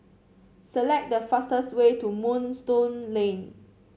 select the fastest way to Moonstone Lane